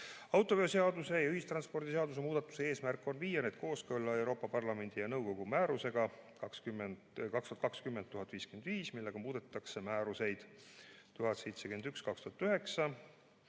Autoveoseaduse ja ühistranspordiseaduse muudatuste eesmärk on viia need kooskõlla Euroopa Parlamendi ja nõukogu määrusega 2020/1055, millega muudetakse määruseid 1071/2009,